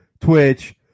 Twitch